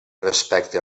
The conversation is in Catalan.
respecte